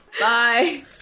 Bye